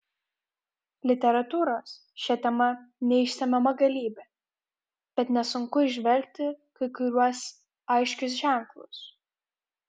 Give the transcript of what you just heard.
literatūros šia tema neišsemiama galybė bet nesunku įžvelgti kai kuriuos aiškius ženklus